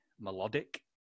melodic